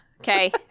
Okay